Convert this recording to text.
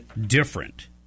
different